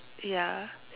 ya